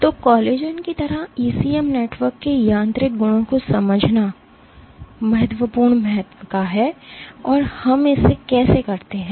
तो कोलेजन की तरह ईसीएम नेटवर्क के यांत्रिक गुणों को समझना महत्वपूर्ण महत्व का है हम इसे कैसे करते हैं